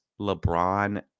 LeBron